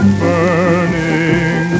burning